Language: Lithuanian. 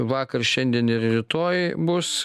vakar šiandien ir rytoj bus